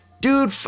Dude